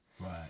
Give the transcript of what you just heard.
Right